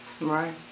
Right